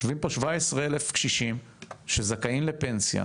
יושבים כאן כ-17,000 קשישים שזכאים לפנסיה